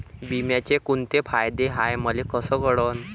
बिम्याचे कुंते फायदे हाय मले कस कळन?